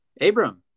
Abram